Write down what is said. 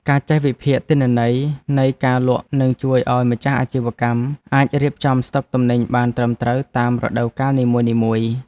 ការចេះវិភាគទិន្នន័យនៃការលក់នឹងជួយឱ្យម្ចាស់អាជីវកម្មអាចរៀបចំស្តុកទំនិញបានត្រឹមត្រូវតាមរដូវកាលនីមួយៗ។